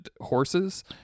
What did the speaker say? horses